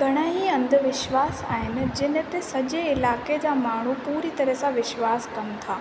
घणा ई अंधविश्वास आहिनि जिन ते सॼे इलाइक़े जा माण्हूं पूरी तरह सां विश्वासु कनि था